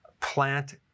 plant